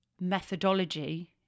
methodology